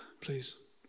please